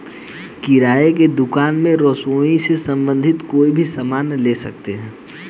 किराने की दुकान में रसोई से संबंधित कोई भी सामान ले सकते हैं